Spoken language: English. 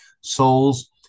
souls